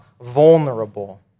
vulnerable